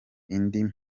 indi